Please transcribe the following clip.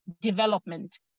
development